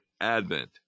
Advent